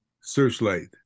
Searchlight